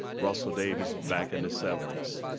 russell davis, back in the seventy s.